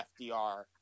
FDR –